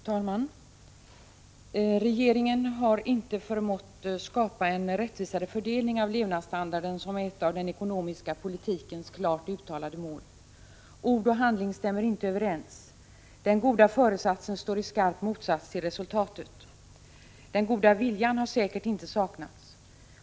Fru talman! Regeringen har inte förmått skapa en rättvisare fördelning av levnadsstandarden som är ett av den ekonomiska politikens klart uttalade mål. Ord och handling stämmer inte överens. Den goda föresatsen står i skarp motsats till resultatet. Den goda viljan har säkert inte saknats.